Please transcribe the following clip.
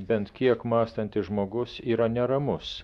bent kiek mąstantis žmogus yra neramus